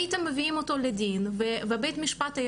הייתם מביאים אותו לדין ובית המשפט היה